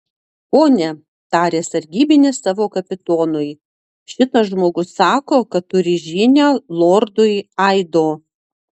pone tarė sargybinis savo kapitonui šitas žmogus sako kad turi žinią lordui aido